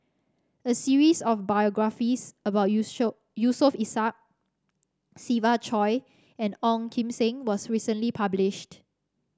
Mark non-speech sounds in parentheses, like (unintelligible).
a series of biographies about (unintelligible) Yusof Ishak Siva Choy and Ong Kim Seng was recently published